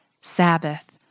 Sabbath